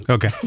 Okay